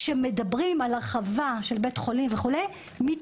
כשמדברים היום על הרחבה של בית חולים וכו' בכל ועדת תכנון מחוזית,